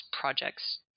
projects